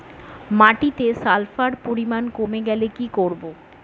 মাটিতে সালফার পরিমাণ কমে গেলে কি করব?